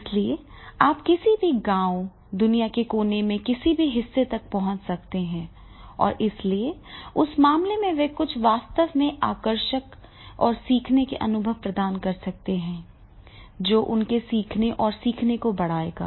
इसलिए इसलिए आप किसी भी गांव दुनिया के कोने के किसी भी हिस्से तक पहुंच सकते हैं और इसलिए उस मामले में वे कुछ वास्तव में आकर्षक और सीखने के अनुभव प्रदान कर सकते हैं जो उनके सीखने और सीखने को बढ़ाएगा